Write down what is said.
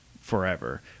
forever